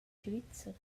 svizzer